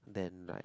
then like